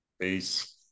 Peace